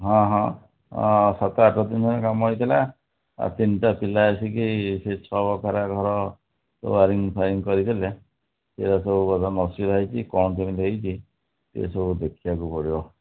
ହଁ ହଁ ହଁ ସାତ ଆଠ ଦିନ ହେଲାଣି କାମ ହୋଇଥିଲା ଆଉ ତିନିଟା ପିଲା ଆସିକି ସେ ଛଅ ବଖରା ଘର ୱାରିଙ୍ଗ୍ ଫ୍ୱାରିଙ୍ଗ୍ କରିଥିଲେ ସେଗୁଡ଼ା ସବୁ ବର୍ତ୍ତମାନ ଅସୁବିଧା ହୋଇଛି କ'ଣ କେମିତି ହୋଇଛି ଟିକିଏ ସବୁ ଦେଖିବାକୁ ପଡ଼ିବ